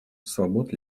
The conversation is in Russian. свобод